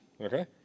Okay